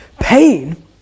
pain